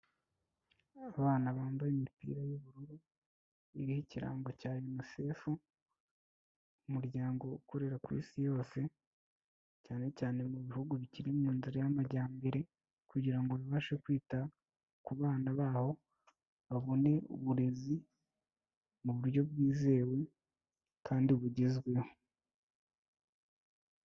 Abana bambaye imipira y'ubururu iriho ikirango cya Unicef, umuryango ukorera ku isi yose, cyane cyane mu bihugu bikiri mu nzira y'amajyambere, kugira ngo bibashe kwita ku bana baho, babone uburezi mu buryo bwizewe kandi bugezweho.